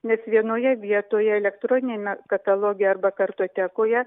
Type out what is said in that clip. nes vienoje vietoje elektroniniame kataloge arba kartotekoje